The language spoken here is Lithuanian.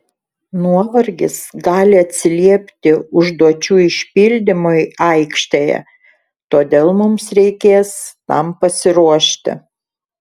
nuovargis gali atsiliepti užduočių išpildymui aikštėje todėl mums reikės tam pasiruošti